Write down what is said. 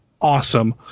awesome